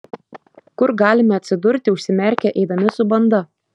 kur galime atsidurti užsimerkę eidami su banda